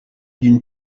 d’une